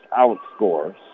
outscores